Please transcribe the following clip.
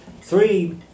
Three